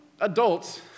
adults